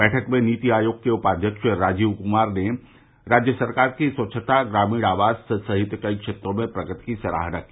बैठक में नीति आयोग के उपाध्यक्ष राजीव कुमार ने राज्य सरकार की स्वच्छता ग्रामीण आवास सहित कई क्षेत्रों में प्रगति की सराहना की